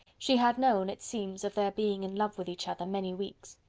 she had known, it seems, of their being in love with each other, many weeks.